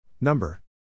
Number